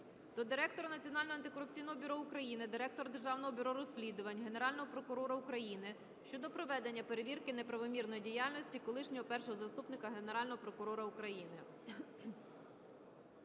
до директора Національного антикорупційного бюро України, директора Державного бюро розслідувань, Генерального прокурора України щодо проведення перевірки неправомірної діяльності колишнього першого заступника Генерального прокурора України.